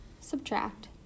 subtract